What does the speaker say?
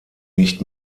nicht